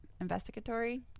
investigatory